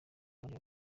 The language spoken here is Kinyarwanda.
abandi